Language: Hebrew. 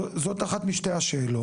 זו אחת משתי השאלות.